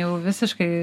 jau visiškai